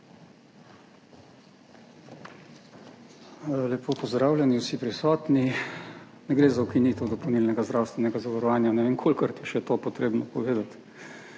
Lepo pozdravljeni vsi prisotni! Ne gre za ukinitev dopolnilnega zdravstvenega zavarovanja. Ne vem kolikokrat je še to potrebno povedati,